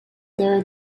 there